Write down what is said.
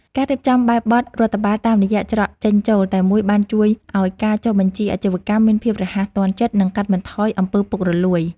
ការរៀបចំបែបបទរដ្ឋបាលតាមរយៈច្រកចេញចូលតែមួយបានជួយឱ្យការចុះបញ្ជីអាជីវកម្មមានភាពរហ័សទាន់ចិត្ត និងកាត់បន្ថយអំពើពុករលួយ។